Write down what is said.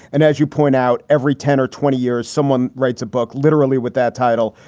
and as you point out, every ten or twenty years, someone writes a book literally with that title,